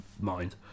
mind